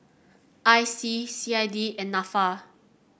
I C C I D and NAFA